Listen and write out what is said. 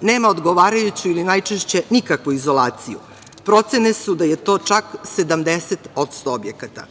nema odgovarajuću ili najčešće nikakvu izolaciju. Procene su da je to čak 70% objekata.